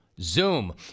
Zoom